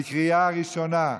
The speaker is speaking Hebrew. בקריאה ראשונה.